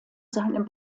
seinem